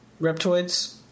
reptoids